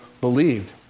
believed